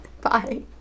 Bye